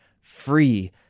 free